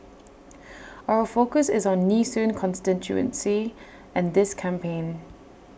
our focus is on Nee soon constituency and this campaign